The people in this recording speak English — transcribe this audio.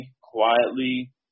quietly